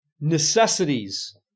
necessities